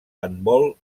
handbol